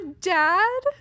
dad